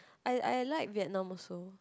I I like Vietnam also